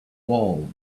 wall